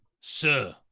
Sir